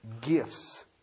gifts